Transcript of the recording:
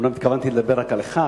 אומנם התכוונתי לדבר רק על אחד,